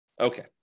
Okay